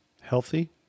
Healthy